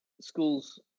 schools